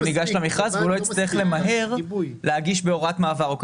ניגש למכרז ו הוא לא יצטרך למהר להגיש בהוראת מעבר.